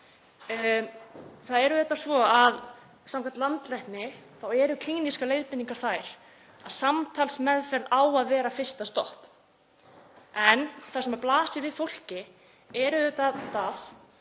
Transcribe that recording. Það er auðvitað svo að samkvæmt landlækni þá eru klínískar leiðbeiningar þær að samtalsmeðferð á að vera fyrsta stopp. En það sem blasir við fólki er auðvitað það